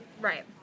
Right